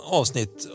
avsnitt